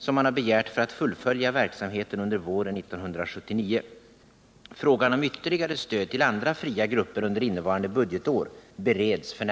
som man har begärt för att fullfölja verksamheten under våren 1979. Frågan om ytterligare stöd till andra fria grupper under innevarande budgetår bereds f. n.